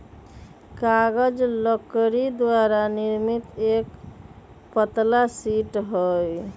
कागज लकड़ी द्वारा निर्मित एक पतला शीट हई